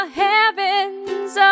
heavens